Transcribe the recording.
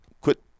quit